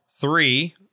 three